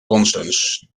constance